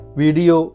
video